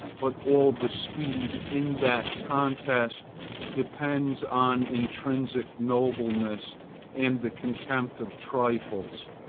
but all the speed in that contest depends on intrinsic nobleness and the contempt of trifles.